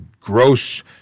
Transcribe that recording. gross